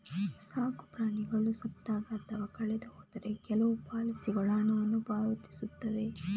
ಸಾಕು ಪ್ರಾಣಿಗಳು ಸತ್ತಾಗ ಅಥವಾ ಕಳೆದು ಹೋದರೆ ಕೆಲವು ಪಾಲಿಸಿಗಳು ಹಣವನ್ನು ಪಾವತಿಸುತ್ತವೆ